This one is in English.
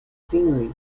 scenery